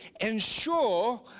ensure